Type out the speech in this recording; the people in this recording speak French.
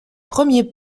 premiers